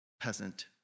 peasant